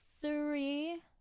three